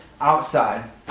outside